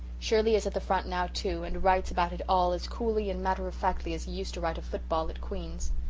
shirley is at the front now, too, and writes about it all as coolly and matter-of-factly as he used to write of football at queen's.